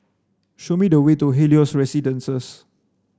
show me the way to Helios Residences